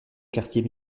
quartier